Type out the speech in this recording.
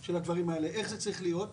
של הדברים האלה איך זה צריך להיות,